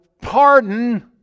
pardon